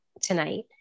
tonight